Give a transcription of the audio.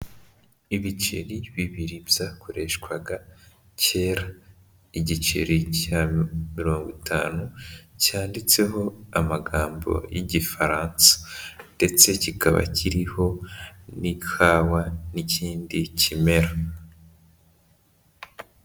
Ibiceri bibiri byakoreshwaga kera, igiceri cya mirongo itanu cyanditseho amagambo y'igifaransa, ndetse kikaba kiriho n'ikawa n'ikindi kimera.